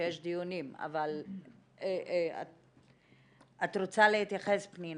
את רוצה להתייחס פנינה?